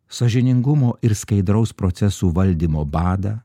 sąžiningumo ir skaidraus procesų valdymo badą